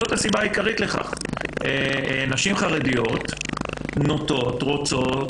נשים חרדיות נוטות, רוצות,